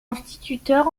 instituteur